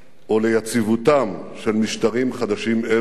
או ליציבותם של משטרים חדשים אלה,